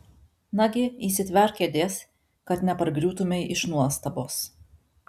nagi įsitverk kėdės kad nepargriūtumei iš nuostabos